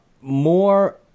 more